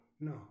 No